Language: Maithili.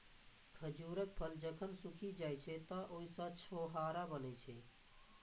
खजूरक फल जखन सूखि जाइ छै, तं ओइ सं छोहाड़ा बनै छै